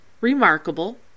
remarkable